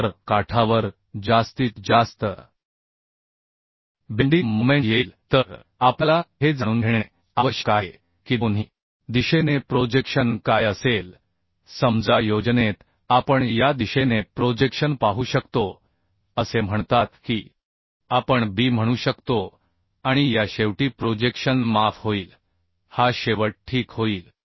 तर काठावर जास्तीत जास्त बेन्डीग मोमेन्ट येईल तर आपल्याला हे जाणून घेणे आवश्यक आहे की दोन्ही दिशेने प्रोजेक्शन काय असेल समजा योजनेत आपण या दिशेने प्रोजेक्शन पाहू शकतो असे म्हणतात की आपण b म्हणू शकतो आणि या शेवटी प्रोजेक्शन माफ होईल हा शेवट ठीक होईल